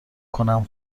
کنم